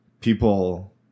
people